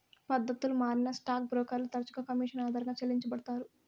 పద్దతులు మారినా స్టాక్ బ్రోకర్లు తరచుగా కమిషన్ ఆధారంగా చెల్లించబడతారు